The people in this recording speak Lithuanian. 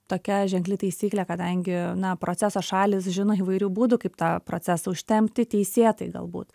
tokia ženkli taisyklė kadangi na proceso šalys žino įvairių būdų kaip tą procesą užtempti teisėtai galbūt